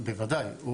בוודאי.